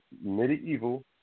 Medieval